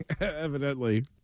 Evidently